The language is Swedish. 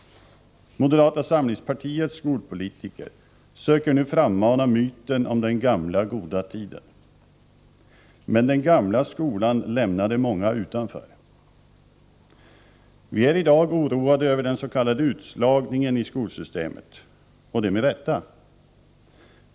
Moderata samlingspartiets skolpolitiker söker nu frammana myten om den gamla goda tiden. Men den gamla skolan lämnade många utanför. Vi är i dag oroade över den s.k. utslagningen i skolsystemet — och det med rätta.